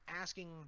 asking